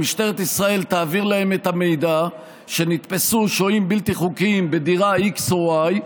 משטרת ישראל תעביר להם את המידע שנתפסו שוהים בלתי חוקיים בדירה x או y,